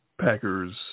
Packers